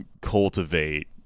cultivate